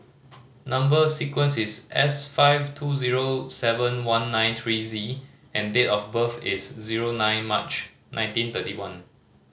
number sequence is S five two zero seven one nine three Z and date of birth is zero nine March nineteen thirty one